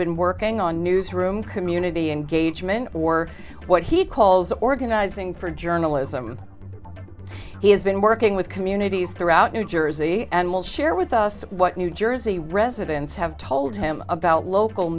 been working on newsroom community engagement or what he calls organizing for journalism he has been working with communities throughout new jersey and will share with us what new jersey residents have told him about local